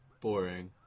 Boring